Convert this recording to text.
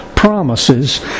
Promises